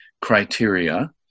criteria